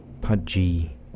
Pudgy